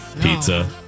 Pizza